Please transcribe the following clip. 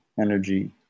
energy